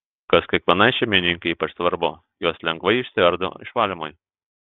kas kiekvienai šeimininkei ypač svarbu jos lengvai išsiardo išvalymui